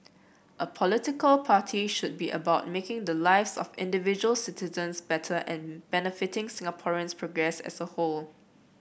a political party should be about making the lives of individual citizens better and benefiting Singaporeans progress as a whole